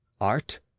art